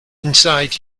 inside